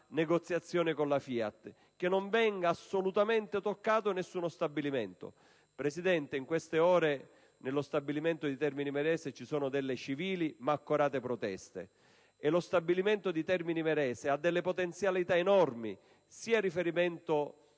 negoziazione con la FIAT: che non venga assolutamente toccato nessuno stabilimento. Signor Presidente, in queste ore nello stabilimento di Termini Imerese ci sono delle civili, ma accorate proteste. E questo stabilimento ha delle potenzialità enormi sia in riferimento